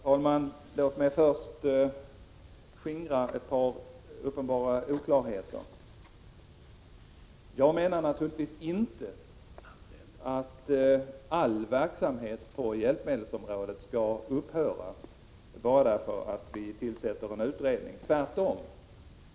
Herr talman! Låt mig först skingra ett par uppenbara oklarheter. Jag menar naturligtvis inte att all verksamhet på hjälpmedelsområdet skall upphöra bara därför att vi tillsätter en utredning — tvärtom.